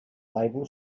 label